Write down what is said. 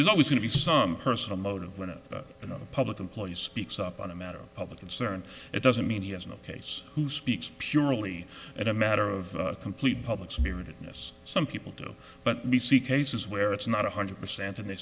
there's always going to be some personal motive when it you know the public employee speaks up on a matter of public concern it doesn't mean he has no case who speaks purely at a matter of complete public spiritedness some people do but we see cases where it's not one hundred percent and they